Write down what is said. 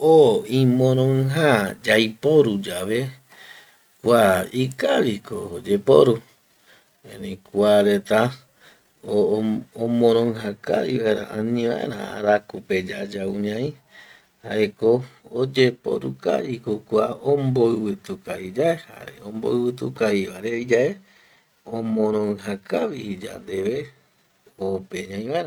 O imoroija yaiporu yave kua ikaviko oyeporu erei kua reta omoroija kavi vaera, ani vaera araku yayau ñai jaeko oyeporu kaviko kua omboivitu kavi yae jare omboivitu kavi vare oi yae, omoroija kavivi yandeve ope ñai vaera